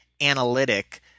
analytic